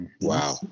Wow